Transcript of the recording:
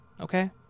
Okay